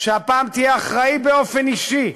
שהפעם תהיה אחראי באופן אישי,